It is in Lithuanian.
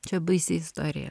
čia baisi istorija